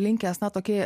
linkęs na tokį